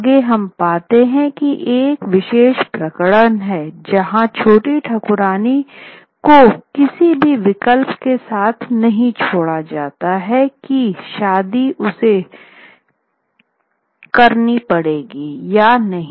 आगे हम पाते हैं कि एक विशेष प्रकरण है जहांछोटी ठाकुरायन को किसी भी विकल्प के साथ नहीं छोड़ा जाता है कि शादी उसे शादी करना है या नहीं